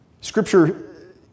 Scripture